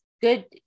good